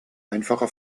einfache